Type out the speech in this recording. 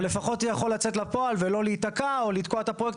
אבל לפחות הוא יכול לצאת לפועל ולא להיתקע או לתקוע את הפרויקט